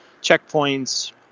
checkpoints